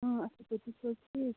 اۭں اصٕل پٲٹھۍ تُہۍ چھُو حظ ٹھیٖک